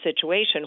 situation